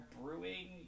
Brewing